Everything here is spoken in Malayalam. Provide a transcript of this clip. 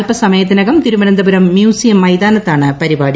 അൽപ്പ സമയത്തിനകം തിരുവനന്തപുരം മ്യൂസിയം മൈതാനത്താണ് പരിപാടി